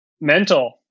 mental